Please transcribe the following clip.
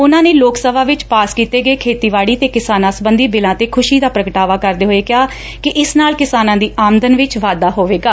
ਉਨੁਾਂ ਨੇ ਲੋਕ ਸਭਾ ਵਿਚ ਪਾਸ ਕੀਤੇ ਗਏ ਖੇਤੀਬਾਤੀ ਤੇ ਕਿਸਾਨਾਂ ਸਬੰਧੀ ਬਿੱਲਾਂ ਤੇ ਖੁਸ਼ੀ ਦਾ ਪੁਗਟਾਵਾ ਕਰਦੇ ਹੋਏ ਕਿਹਾ ਕਿ ਇਸ ਨਾਲ ਕਿਸਾਨਾਂ ਦੀ ਆਮਦਨ ਵਿਚ ਵਾਧਾ ਹੋਵੇਗਾ